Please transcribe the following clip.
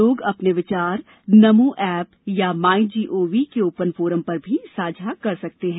लोग अपने विचार नमो एप या माइजीओवी ओपन फोरम पर भी साझा कर सकते हैं